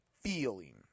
feeling